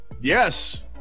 Yes